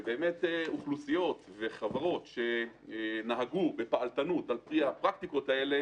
כך שאוכלוסיות וחברות שנהגו בפעלתנות על פי הפרקטיקות האלה